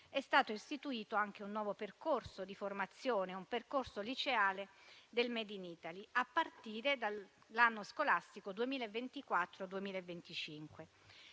è stato istituito anche un nuovo percorso di formazione, un percorso liceale del *made in Italy*, a partire dall'anno scolastico 2024-2025.